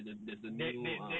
there's there's the new ah